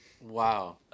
Wow